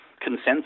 consensus